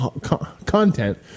content